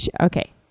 Okay